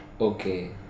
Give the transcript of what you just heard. Okay